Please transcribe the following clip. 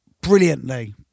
brilliantly